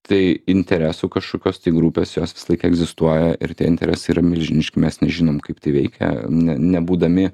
tai interesų kažkokios grupės jos visąlaik egzistuoja ir tie interesai yra milžiniški mes nežinom kaip tai veikia ne nebūdami